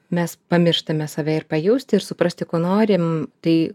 mes pamirštame save ir pajausti ir suprasti ko norim tai